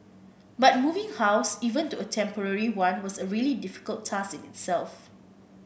but moving house even to a temporary one was a really difficult task in itself